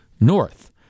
north